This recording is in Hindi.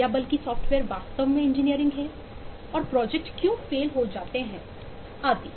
या बल्कि सॉफ्टवेयर वास्तव में इंजीनियरिंग है और प्रोजेक्ट क्यों फेल हो जाते हैं आदि